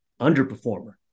underperformer